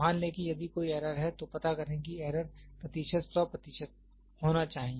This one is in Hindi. मान लें कि यदि कोई एरर है तो पता करें कि एरर प्रतिशत 100 प्रतिशत होना चाहिए